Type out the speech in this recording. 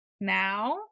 now